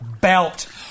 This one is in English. belt